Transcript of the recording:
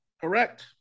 Correct